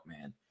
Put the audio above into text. man